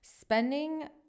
Spending